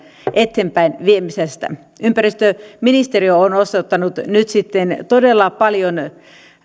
eteenpäinviemisestä ympäristöministeriö on osoittanut nyt sitten todella paljon